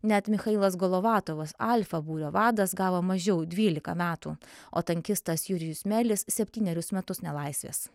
net michailas golovatovos alfa būrio vadas gavo mažiau dvylika metų o tankistas jurijus melis septynerius metus nelaisvės